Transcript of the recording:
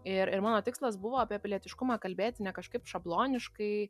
ir ir mano tikslas buvo apie pilietiškumą kalbėti ne kažkaip šabloniškai